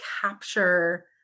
capture